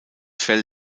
fell